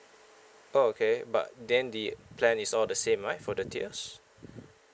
oh okay but then the plan is all the same right for the tiers